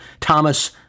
Thomas